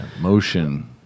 Motion